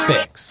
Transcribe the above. Fix